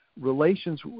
relations